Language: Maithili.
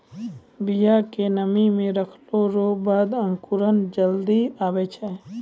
बिया के नमी मे रखलो रो बाद अंकुर जल्दी आबै छै